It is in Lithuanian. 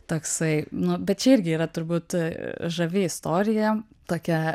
toksai nu bet čia irgi yra turbūt žavi istorija tokia